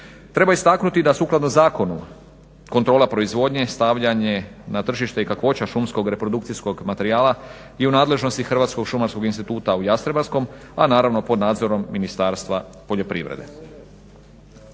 Treba istaknuti da sukladno zakonu kontrola proizvodnje, stavljanje na tržište i kakvoća šumskog reprodukcijskog materijala i u nadležnosti Hrvatskog šumarskog instituta u Jastrebarskom a naravno pod nadzorom Ministarstva poljoprivrede.